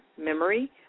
memory